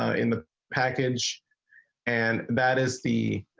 in the package and that is the.